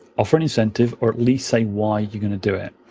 offer an incentive, or at least say why you're going to do it.